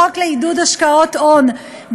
החוק לעידוד השקעות הון,